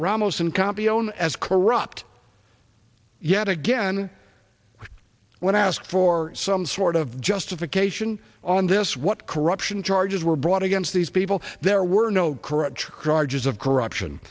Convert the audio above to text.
and copy own as corrupt yet again when asked for some sort of justification on this what corruption charges were brought against these people there were no corrupt trudges of corruption